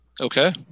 Okay